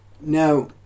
Now